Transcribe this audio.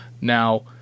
Now